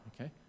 okay